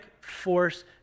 force